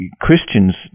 Christians